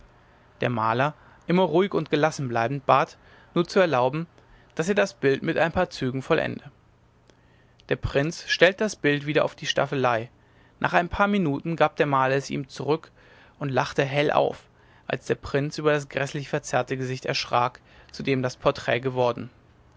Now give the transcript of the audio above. der maler immer ruhig und gelassen bleibend bat nur zu erlauben daß er das bild mit ein paar zügen vollende der prinz stellte das bild wieder auf die staffelei nach ein paar minuten gab der maler es ihm zurück und lachte hell auf als der prinz über das gräßlich verzerrte gesicht erschrak zu dem das porträt geworden